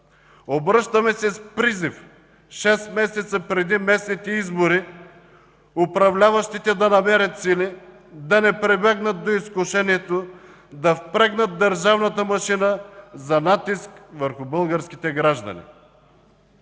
Обръщаме се с призив, шест месеца преди местните избори, управляващите да намерят сили да не прибегнат до изкушението да впрегнат държавната машина за натиск върху българските граждани.